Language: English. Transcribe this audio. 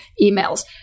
emails